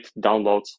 downloads